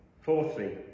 Fourthly